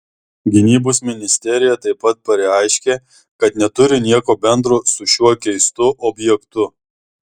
gynybos ministerija taip pat pareiškė kad neturi nieko bendro su šiuo keistu objektu